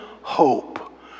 hope